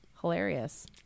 hilarious